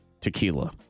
tequila